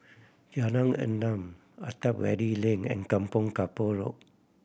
Jalan Enam Attap Valley Lane and Kampong Kapor Road